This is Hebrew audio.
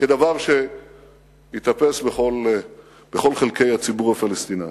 כדבר שייתפס בכל חלקי הציבור הפלסטיני.